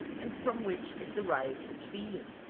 and from which it derived its being.